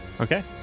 Okay